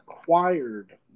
acquired